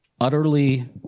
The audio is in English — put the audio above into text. utterly